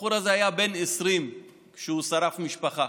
הבחור הזה היה בן 20 כשהוא שרף משפחה